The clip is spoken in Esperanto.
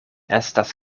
estas